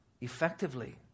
effectively